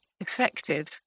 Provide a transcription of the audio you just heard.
effective